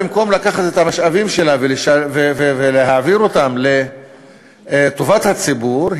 במקום לקחת את המשאבים שלה ולהעביר אותם לטובת הציבור,